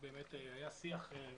כן.